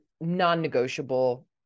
non-negotiable